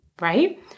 right